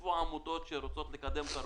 נוספו עמותות שרוצות לקדם תרבות,